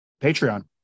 patreon